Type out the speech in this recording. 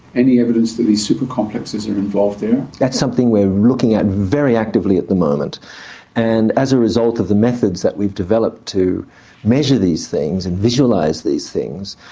any evidence that these super complexes are involved there? that's something we're looking at very actively at the moment and as a result of the methods that we've developed to measure these things and visualise these things,